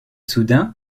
soudain